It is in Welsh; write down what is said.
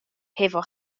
hefo